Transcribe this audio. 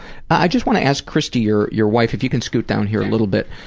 i just want to ask christy, your your wife, if you can scoot down here a little bit.